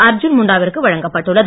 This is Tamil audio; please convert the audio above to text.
அர்ஜுன் முண்டாவிற்கு வழங்கப்பட்டுள்ளது